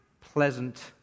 pleasant